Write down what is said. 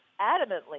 adamantly